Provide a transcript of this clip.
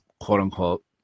quote-unquote